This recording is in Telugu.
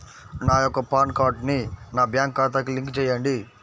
నా యొక్క పాన్ కార్డ్ని నా బ్యాంక్ ఖాతాకి లింక్ చెయ్యండి?